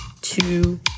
two